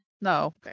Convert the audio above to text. No